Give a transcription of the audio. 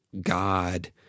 God